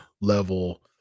level